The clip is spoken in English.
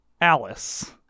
Alice